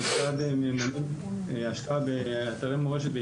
המשרד מממן השקעה באתרי מורשת,